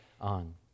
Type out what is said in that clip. on